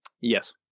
Yes